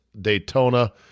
Daytona